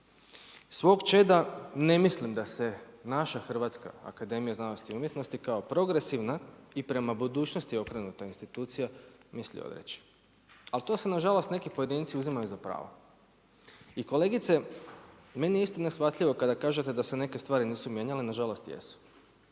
Svog čeda ne mislim da se naša HAZU kao progresivna i prema budućnosti okrenuta institucija misli odreći. Ali to si nažalost neki pojedinci uzimaju za pravo. I kolegice meni je isto neshvatljivo kada kažete da se neke stvari nisu mijenjale, nažalost jesu.